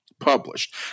Published